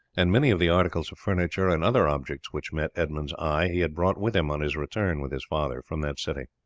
and many of the articles of furniture and other objects which met edmund's eye he had brought with him on his return with his father from that city.